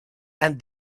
and